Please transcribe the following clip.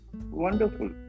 wonderful